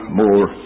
more